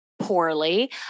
poorly